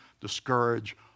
discourage